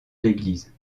l’église